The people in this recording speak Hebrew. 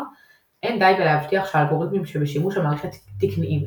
אין די בלהבטיח שהאלגוריתמים שבשימוש המערכת תקניים.